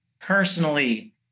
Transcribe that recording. personally